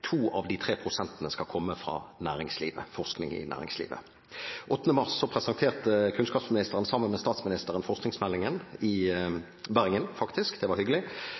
av de 3 pst.-ene skal komme fra forskning i næringslivet. Den 8. mars presenterte kunnskapsministeren sammen med statsministeren forskningsmeldingen, i Bergen, faktisk – det var hyggelig